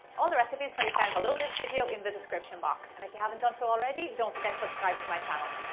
all the recipes can be found below this video in the description box. and if you haven't done so already, don't forget to subscribe to my channel.